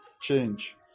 Change